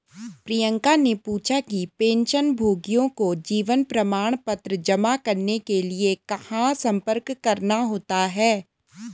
प्रियंका ने पूछा कि पेंशनभोगियों को जीवन प्रमाण पत्र जमा करने के लिए कहाँ संपर्क करना होता है?